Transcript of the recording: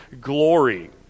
glory